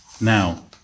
Now